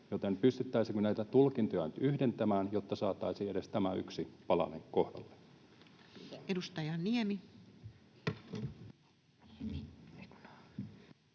pystyttäisiinkö näitä tulkintoja nyt yhdentämään, jotta saataisiin edes tämä yksi palanen kohdalleen?